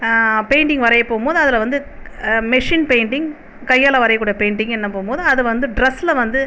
painting வரைய போகுமோது அதில் வந்து மெஷின் பெயிண்ட்டிங் கையால் வரையக்கூடிய பெயிண்ட்டிங்கின்னு போகுமோது அது வந்து ட்ரெஸ்ஸில் வந்து